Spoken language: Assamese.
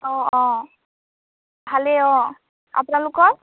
অঁ অঁ ভালেই অঁ আপোনালোকৰ